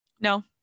No